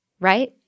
right